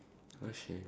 I see